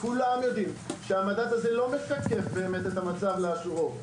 כולם יודעים שהמדד הזה לא משקף באמת את המצב לאשורו,